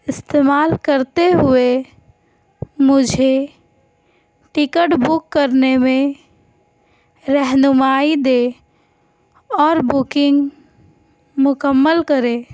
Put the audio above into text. استعمال کرتے ہوئے مجھے ٹکٹ بک کرنے میں رہنمائی دے اور بکنگ مکمل کرے